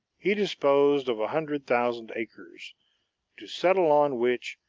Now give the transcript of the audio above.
he disposed of a hundred thousand acres to settle on which,